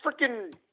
freaking –